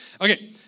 Okay